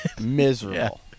Miserable